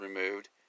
removed